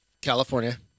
California